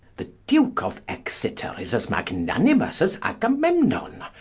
the duke of exeter is as magnanimous as agamemnon,